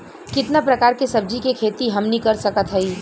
कितना प्रकार के सब्जी के खेती हमनी कर सकत हई?